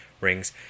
rings